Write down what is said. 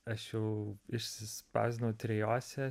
aš jau išsispausdinau trijose